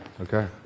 Okay